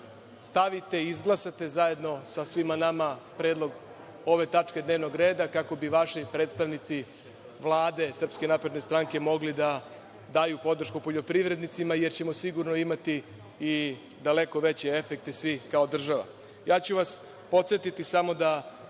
stavite, izglasate zajedno sa svima nama predlog ove tačke dnevnog reda, kako bi vaši predstavnici Vlade SNS, mogli da daju podršku poljoprivrednicima, jer ćemo sigurno imati i daleko veće efekte svi kao država. Podsetiću vas samo da